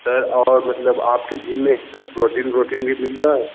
sir और मतलब आपके जिम में प्रोटीन व्रोटीन भी मिलता है